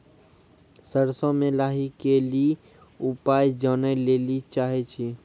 सरसों मे लाही के ली उपाय जाने लैली चाहे छी?